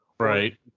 Right